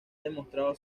demostrado